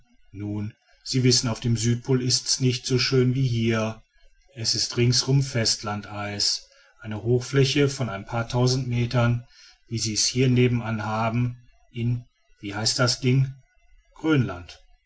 nun sie wissen auf dem südpol ist's nicht so schön wie hier s ist ringsum festland eis eine hochfläche von ein paar tausend metern wie sie's hier nebenan haben in wie heißt das ding